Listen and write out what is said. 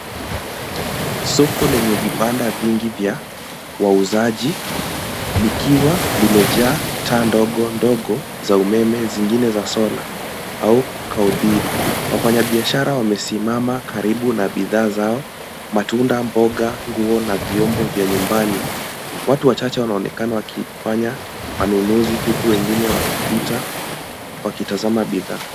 Soko lenye vibanda vingi vya wauzaji, likiwa limejaa taa ndogo ndogo za umeme, zingine za solar au kauthiri . Wafanyabiashara wamesimama karibu na bidhaa zao, matunda, mboga, nguo, na vyombo vya nyumbani. Watu wachache wanaonekana wakifanya manunuzi huku wengine wakipita, wakitazama bidhaa.